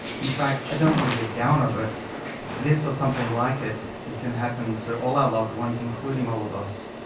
in fact, i don't want to be a downer, but this, or something like it is going to happen to all our loved ones, including all of us.